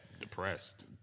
depressed